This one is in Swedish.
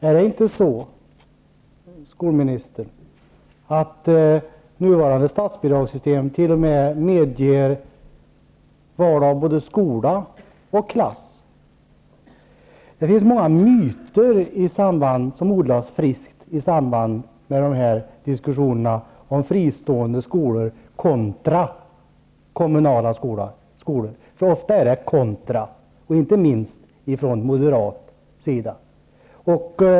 Är det inte så, skolministern, att nuvarande statsbidragssystem t.o.m. medger val av både skola och klass? Det finns många myter som odlas friskt i samband med diskussionerna om fristående skolor kontra kommunala skolor -- ofta är det fråga om ''kontra'', inte minst från moderat sida.